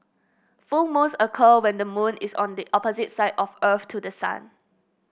full moons occur when the moon is on the opposite side of earth to the sun